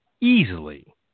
easily